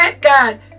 God